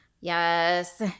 Yes